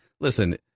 listen